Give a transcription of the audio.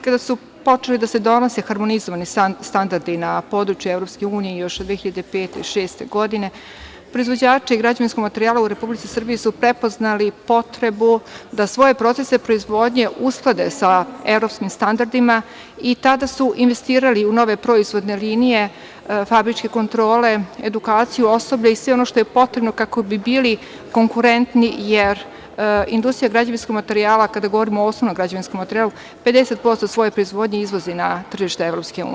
Kada su počeli da se donose harmonizovani standardi na području EU još 2005. i 2006. godine, proizvođači građevinskog materijala u Republici Srbiji su prepoznali potrebu da svoje procese proizvodnje usklade sa evropskim standardima i tada su investirali u nove proizvodne linije, fabričke kontrole, edukaciju osobe i sve ono što je potrebno kako bi bili konkurentni, jer industrija građevinskog materijala, kada govorimo o osnovama građevinskog materijala, 50% svoje proizvodnje izvozi na tržište EU.